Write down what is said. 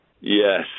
Yes